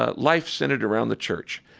ah life centered around the church.